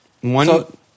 One